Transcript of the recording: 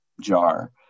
jar